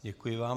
Děkuji vám.